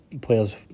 players